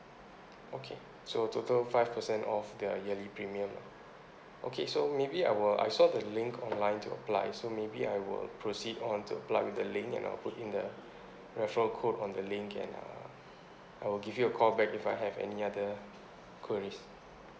okay so total five percent off the yearly premium lah okay so maybe I will I saw the link online to apply so maybe I will proceed on to apply with the link and I'll put in the referral code on the link and uh I will give you a call back if I have any other queries